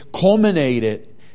culminated